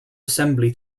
assembly